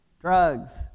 Drugs